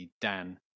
Dan